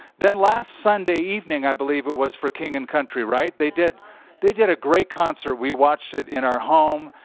then last sunday evening, i believe it was, for king and country, they did they did a great concert. we watched it in our home.